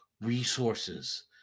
resources